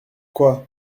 quoi